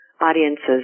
audiences